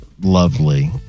lovely